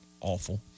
awful